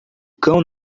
cão